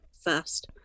first